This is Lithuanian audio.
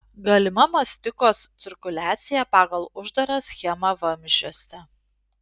galima mastikos cirkuliacija pagal uždarą schemą vamzdžiuose